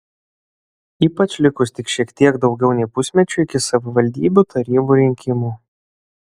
ypač likus tik šiek tiek daugiau nei pusmečiui iki savivaldybių tarybų rinkimų